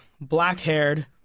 black-haired